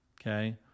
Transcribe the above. okay